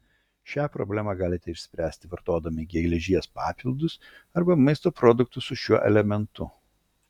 šią problemą galite išspręsti vartodami geležies papildus arba maisto produktus su šiuo elementu